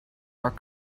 are